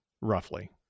roughly